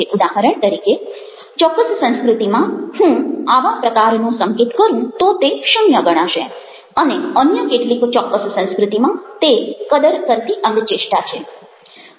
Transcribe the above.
ઉદાહરણ તરીકે ચોક્કસ સંસ્કૃતિમાં હું આવા પ્રકારનો સંકેત કરું તો તે 0 ગણાશે અને અન્ય કેટલીક ચોક્કસ સંસ્કૃતિમાં તે કદર કરતી અંગચેષ્ટા છે